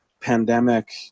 pandemic